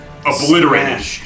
obliterated